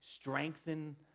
strengthen